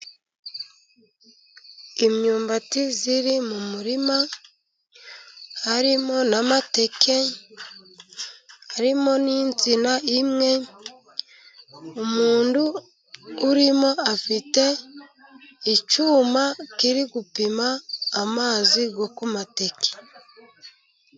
Imyumbati iri mu murima, harimo n'amateke, harimo n'insina imwe. Umuntu urimo afite icyuma kiri gupima amazi yo ku mateke.